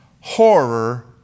horror